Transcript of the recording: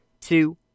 two